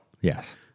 Yes